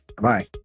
Bye